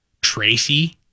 Tracy